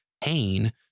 pain